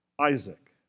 Isaac